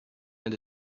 and